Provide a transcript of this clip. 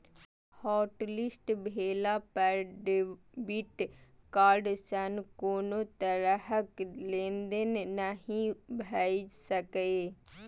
hotlist भेला पर debit card सं कोनो तरहक लेनदेन नहि भए सकैए